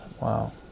Wow